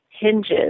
hinges